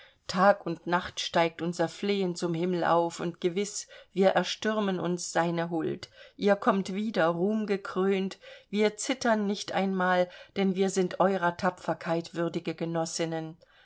tag und nacht steigt unser flehen zum himmel auf und gewiß wir erstürmen uns seine huld ihr kommt wieder ruhmgekrönt wir zittern nicht einmal denn wir sind eurer tapferkeit würdige genossinnen